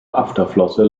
afterflosse